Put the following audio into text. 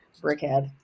Brickhead